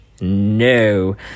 No